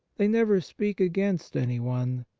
they never speak against anyone.